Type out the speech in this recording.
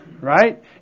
right